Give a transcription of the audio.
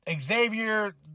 xavier